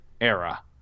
era